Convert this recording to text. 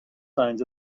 signs